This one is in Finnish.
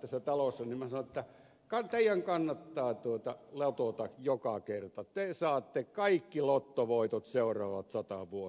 tässä talossa että teidän kannattaa lotota joka kerta te saatte kaikki lottovoitot seuraavat sata vuotta